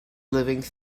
living